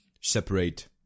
separate